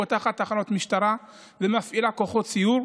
פותחת תחנות משטרה ומפעילה כוחות סיור.